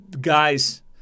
guys